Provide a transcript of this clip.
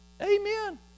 amen